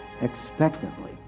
expectantly